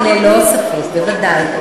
ללא ספק, בוודאי.